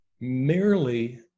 merely